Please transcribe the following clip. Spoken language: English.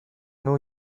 new